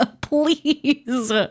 please